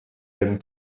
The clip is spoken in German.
dem